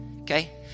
Okay